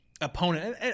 opponent